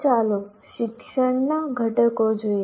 હવે ચાલો શિક્ષણના ઘટકો જોઈએ